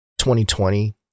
2020